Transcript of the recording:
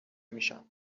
میشم